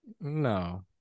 no